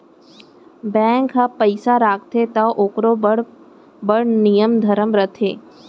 bank ह पइसा राखथे त ओकरो बड़ नियम धरम रथे